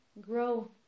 grow